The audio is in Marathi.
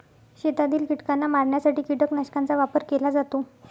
शेतातील कीटकांना मारण्यासाठी कीटकनाशकांचा वापर केला जातो